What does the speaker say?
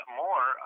more